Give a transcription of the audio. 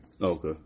Okay